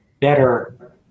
better